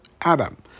Adam